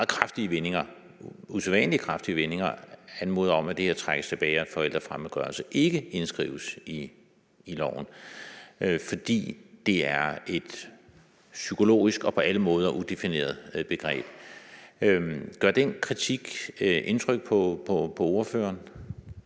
kraftige vendinger, altså usædvanlig kraftige vendinger, anmoder om, at det her trækkes tilbage og forældrefremmedgørelse ikke indskrives i loven, fordi det er et psykologisk og på alle måder udefineret begreb. Gør den kritik indtryk på ordføreren?